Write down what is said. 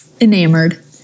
enamored